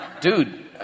Dude